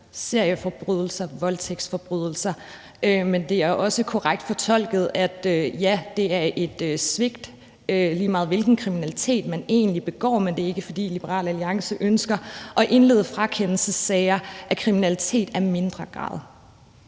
serieforbrydelser, voldtægtsforbrydelser. Men det er også korrekt fortolket, at ja, det er et svigt, lige meget hvilken kriminalitet man egentlig begår. Men det er ikke, fordi Liberal Alliance ønsker at indlede frakendelsessager på baggrund af kriminalitet af mindre grad.